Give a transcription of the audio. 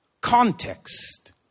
Context